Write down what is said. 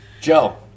Joe